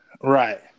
Right